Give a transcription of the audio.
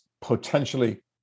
potentially